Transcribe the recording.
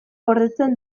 gordetzen